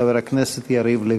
חבר הכנסת יריב לוין.